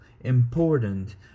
important